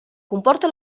comporta